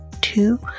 two